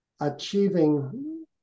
achieving